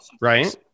Right